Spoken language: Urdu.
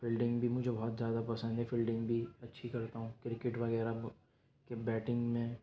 فلڈنگ بھی مجھے بہت زیادہ پسند ہے فلڈنگ بھی اچھی کرتا ہوں کرکٹ وغیرہ کہ بیٹنگ میں